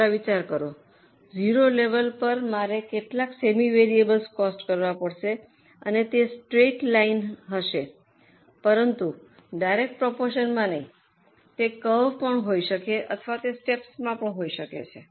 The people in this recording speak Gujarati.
જરા વિચાર કરો 0 લેવલ પર મારે કેટલાક સેમી વેરિયેબલ કોસ્ટ કરવા પડશે અને તે સ્ટ્રેઈટ લાઈન હશે પરંતુ ડાયરેક્ટ પ્રોપોરશનમાં નહીં તે કરવ હોઈ શકે છે અથવા તે સ્ટેપ્સમાં હોઈ શકે છે